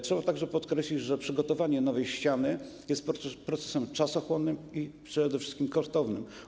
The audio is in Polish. Trzeba także podkreślić, że przygotowanie nowej ściany jest procesem czasochłonnym i przede wszystkim kosztownym.